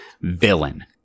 villain